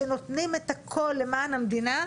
שנותנים את הכל למען המדינה,